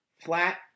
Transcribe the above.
Flat